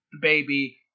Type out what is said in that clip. baby